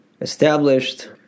established